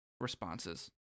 responses